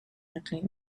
nuclear